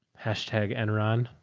hashtag enron.